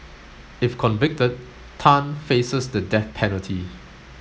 if convicted Tan faces the death penalty